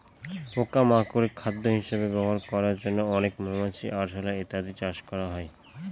পোকা মাকড় খাদ্য হিসেবে ব্যবহার করার জন্য অনেক মৌমাছি, আরশোলা ইত্যাদি চাষ করা হয়